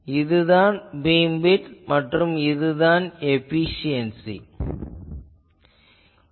இதுதான் பீம்விட்த் மற்றும் beam efficiency ஆகும்